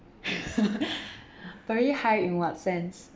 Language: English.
very high in what sense